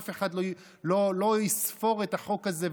אף אחד לא יספור את החוק הזה,